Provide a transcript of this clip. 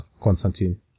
Konstantin